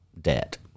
debt